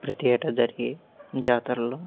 ప్రతియేటా జరిగే జాతరలో